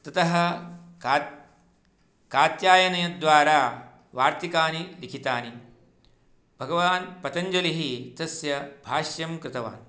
ततः का कात्यायनद्वारा वार्तिकानि लिखितानि भगवान् पतञ्जलिः तस्य भाष्यं कृतवान्